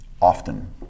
often